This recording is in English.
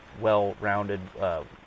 well-rounded